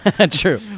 true